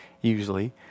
usually